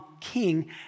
king